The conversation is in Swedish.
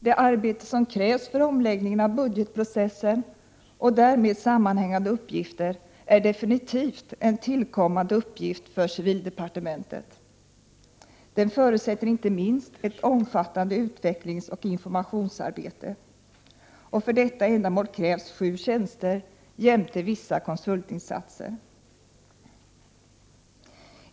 Det arbete som krävs för omläggningen av budgetprocessen och därmed sammanhängande uppgifter är definitivt en tillkommande uppgift för civildepartementet. Den förutsätter inte minst ett omfattande utvecklingsoch informationsarbete. För detta ändamål krävs sju tjänster jämte vissa konsultinsatser.